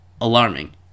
Alarming